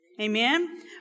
Amen